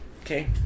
Okay